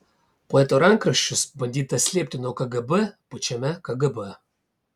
poeto rankraščius bandyta slėpti nuo kgb pačiame kgb